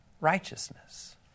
righteousness